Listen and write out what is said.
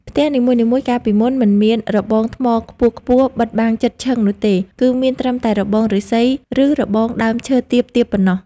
ផ្ទះនីមួយៗកាលពីមុនមិនមានរបងថ្មខ្ពស់ៗបិទបាំងជិតឈឹងនោះទេ គឺមានត្រឹមតែរបងឫស្សីឬរបងដើមឈើទាបៗប៉ុណ្ណោះ។